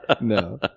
No